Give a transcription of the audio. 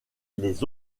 les